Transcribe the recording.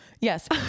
Yes